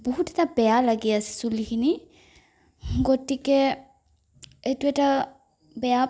বহুত এটা বেয়া লাগি আছে চুলিখিনি গতিকে এইটো এটা বেয়া